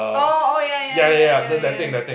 oh oh ya ya ya ya ya